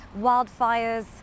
wildfires